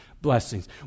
blessings